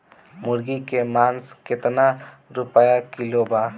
मुर्गी के मांस केतना रुपया किलो बा?